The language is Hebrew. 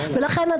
לכן,